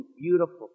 beautiful